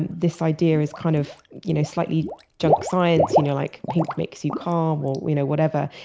and this idea is kind of you know slightly junk science you know like pink makes you calm or you know whatever.